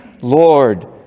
Lord